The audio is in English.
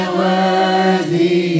worthy